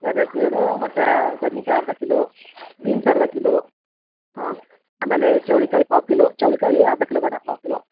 ಎರಡು ಎರಡು ಸೂಡು ಮತ್ತು ಬದ್ನೆಕಾಯಿ ಅರ್ಧ ಕಿಲೋ ಬೀನ್ಸ್ ಅರ್ಧ ಕಿಲೋ ಹಾಂ ಆಮೇಲೆ ಚೌಳಿಕಾಯಿ ಪಾವು ಕಿಲೋ ಚೌಳಿಕಾಯಿ ಅರ್ಧ ಕಿಲೋ ಬೇಡ ಪಾವು ಕಿಲೋ